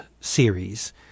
series